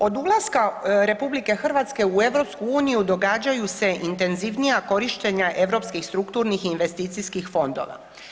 Od ulaska RH u EU događaju se intenzivnija korištenja europskih strukturnih i investicijskih fondova.